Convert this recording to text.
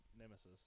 Nemesis